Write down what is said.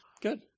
Good